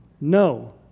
no